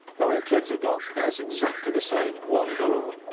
that all kids have got? that's exactly the same, one door.